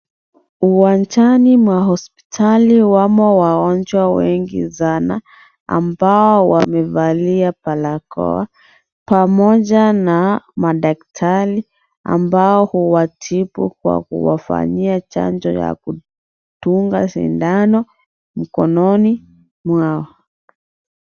Uwanjani wa hospitali wamo wagonjwa wengi sana ambao wamevalia barakoa pamoja na madaktari ambao huwatibu Kwa kuwafanyia chanjo ya kudunga sindano mkononi mwao .